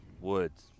Woods